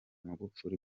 magufuli